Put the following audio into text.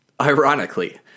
Ironically